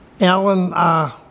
Alan